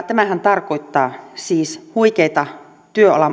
tämähän tarkoittaa siis huikeita